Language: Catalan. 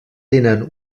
tenen